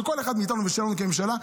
של כל אחד מאיתנו ושלנו כממשלה,